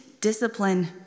discipline